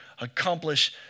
accomplish